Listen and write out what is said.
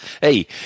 Hey